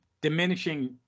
Diminishing